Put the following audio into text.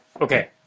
Okay